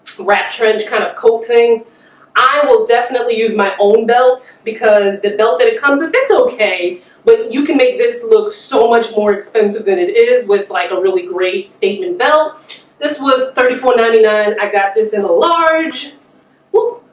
rat trench kind of coping i will definitely use my own belt because the belt that it comes with it's okay but you can make this look so much more expensive than it is with like a really great statement belt. this was thirty four point nine nine dollars i got this in a large well